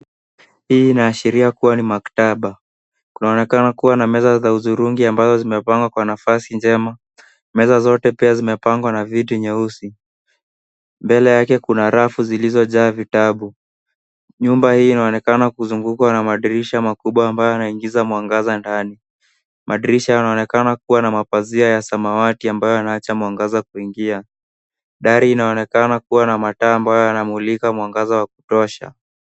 Hii inaashiria kuwa ni maktaba. Kunaonekana kuwa na meza za uzurungi ambazo zimepangwa kwa nafasi njema. Meza zote pia zimepangwa na viti nyeusi. Mbele yake kuna rafu zilizyojaa vitabu. Nyumba hii inaonekana kuzungukwa na madirisha makubwa ambayo yanaingiza mwangaza ndani. Madirisha yanaonekana kuwa na mapazia ya samawati ambayo yanaacha mwangaza kuingia. Dari inaonekana kuwa na mataa ambayo yanamulika mwangaza wa kutosha.